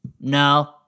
No